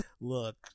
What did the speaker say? Look